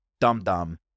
dum-dum